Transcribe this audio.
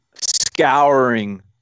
scouring